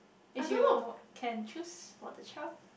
if you can choose for the child